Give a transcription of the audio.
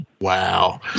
Wow